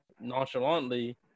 nonchalantly